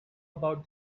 about